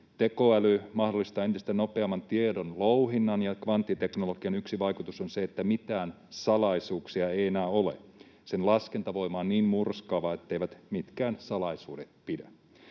Tekoäly mahdollistaa entistä nopeamman tiedonlouhinnan, ja kvanttiteknologian yksi vaikutus on se, että mitään salaisuuksia ei enää ole. Sen laskentavoima on niin murskaava, etteivät mitkään salaisuudet pidä.